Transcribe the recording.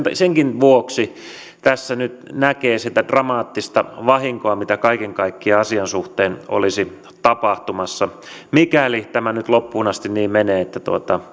senkin vuoksi tässä nyt näkee sitä dramaattista vahinkoa mitä kaiken kaikkiaan asian suhteen olisi tapahtumassa mikäli tämä nyt loppuun asti niin menee että